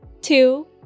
two